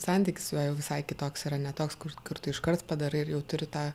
santykis su juo visai kitoks yra ne toks kur kur tu iškart padarai ir jau turi tą